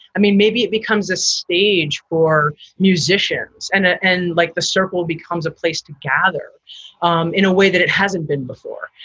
i mean, maybe it becomes a stage for musicians and and like the circle becomes a place to gather um in a way that it hasn't been before.